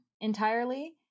entirely